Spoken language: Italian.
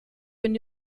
ogni